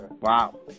Wow